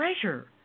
treasure